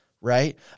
right